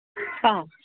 ആ